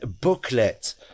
booklet